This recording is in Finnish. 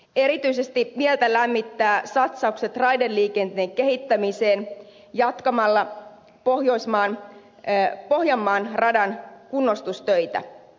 erityisesti mieltä lämmittävät satsaukset raideliikenteen kehittämiseen jatkamalla pohjanmaan radan kunnostustöitä